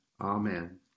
Amen